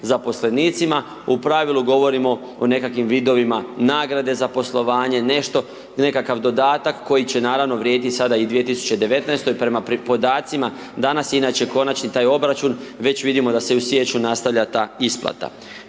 zaposlenicima, u pravilu govorimo o nekakvim vidovima nagrade za poslovanje, nešto nekakav dodatak koji će naravno vrijediti sada i 2019. prema podacima danas inače konačni taj obračun već vidimo da se i u siječnju nastavlja ta isplata.